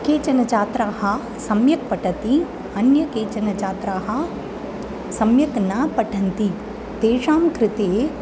केचन छात्राः सम्यक् पठन्ति अन्य केचन छात्राः सम्यक् न पठन्ति तेषां कृते